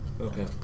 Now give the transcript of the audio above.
Okay